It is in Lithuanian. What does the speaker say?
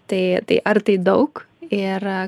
tai tai ar tai daug ir